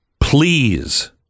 Please